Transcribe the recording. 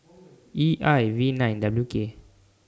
E I V nine W K